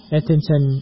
attention